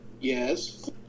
Yes